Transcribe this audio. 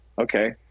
okay